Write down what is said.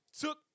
took